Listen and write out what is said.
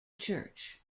church